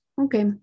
Okay